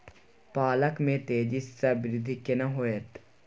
पालक में तेजी स वृद्धि केना होयत?